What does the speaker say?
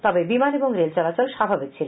তবে বিমান এবং রেল চলাচল স্বাভাবিক ছিল